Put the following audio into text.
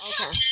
Okay